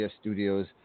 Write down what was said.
studios